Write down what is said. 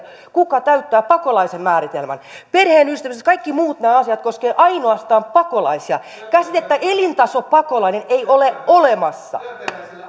kuka täyttää pakolaisen määritelmän perheenyhdistämiset kaikki nämä muut asiat koskevat ainoastaan pakolaisia käsitettä elintasopakolainen ei ole olemassa